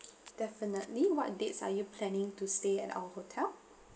definitely what dates are you planning to stay at our hotel